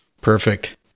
Perfect